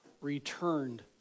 returned